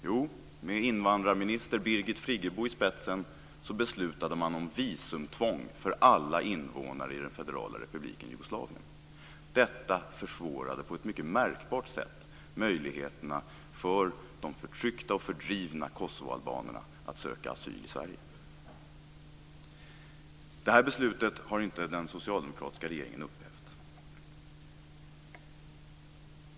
Jo, med invandrarminister Birgit Friggebo i spetsen beslutade man om visumtvång för alla invånare i Förbundsrepubliken Jugoslavien. Detta försvårade på ett mycket märkbart sätt möjligheterna för de förtryckta och fördrivna kosovoalbanerna att söka asyl i Sverige. Det här beslutet har den socialdemokratiska regeringen inte upphävt.